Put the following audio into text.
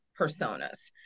personas